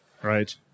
Right